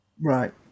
Right